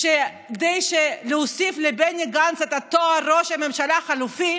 כדי להוסיף לבני גנץ את התואר ראש הממשלה החלופי?